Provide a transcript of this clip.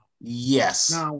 Yes